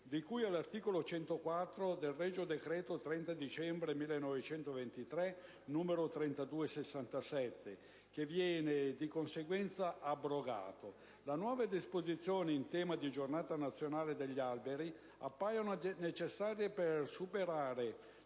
di cui all'articolo 104 del regio decreto 30 dicembre 1923, n. 3267, che viene di conseguenza abrogato. Le nuove disposizioni in tema di «Giornata nazionale degli alberi» appaiono necessarie per superare